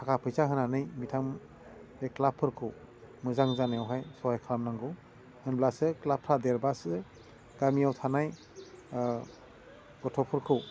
थाखा फैसा होनानै बिथां बे क्लाबफोरखौ मोजां जानायावहाय सहाय खालामनांगौ होमब्लासो क्लाबफा देरबासो गामियाव थानाय गथ'फोरखौ